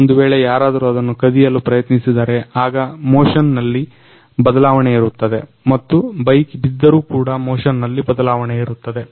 ಒಂದುವೇಳೆ ಯಾರಾದರೂ ಅದನ್ನ ಕದಿಯಲು ಪ್ರಯತ್ನಿಸಿದರೆ ಆಗ ಮೋಷನ್ ನಲ್ಲಿ ಬದಲಾವಣೆಯಿರುತ್ತದೆ ಮತ್ತು ಬೈಕ್ ಬಿದ್ದರೂ ಕೂಡ ಮೋಷನ್ ನಲ್ಲಿ ಬದಲಾವಣೆಯಿರುತ್ತದೆ